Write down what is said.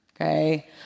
Okay